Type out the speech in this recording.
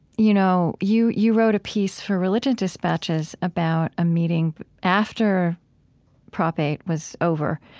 you know, you you wrote a piece for religion dispatches about a meeting after prop eight was over,